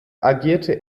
agierte